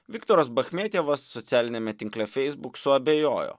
viktoras bachmetejevas socialiniame tinkle feisbuk suabejojo